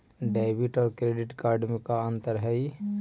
Debit और credit card में का अंतर हइ?